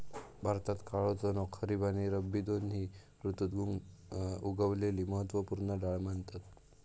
भारतात काळो चणो खरीब आणि रब्बी दोन्ही ऋतुत उगवलेली महत्त्व पूर्ण डाळ म्हणतत